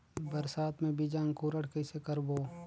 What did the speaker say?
बरसात मे बीजा अंकुरण कइसे करबो?